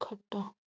ଖଟ